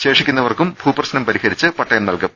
ശേഷിക്കുന്നവർക്കും ഭൂപ്രശ്നം പരിഹരിച്ച് പട്ടയം നൽകും